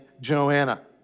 Joanna